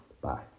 Bye